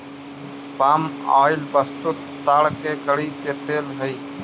पाम oil वस्तुतः ताड़ के गड़ी के तेल हई